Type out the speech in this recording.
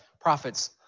prophets